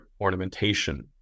ornamentation